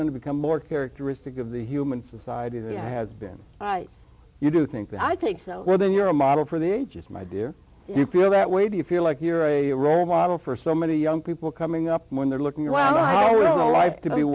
going to become more characteristic of the human society that has been you do think that i think so well then you're a model for the ages my dear you feel that way do you feel like you're a role model for so many young people coming up when they're looking around i will live to be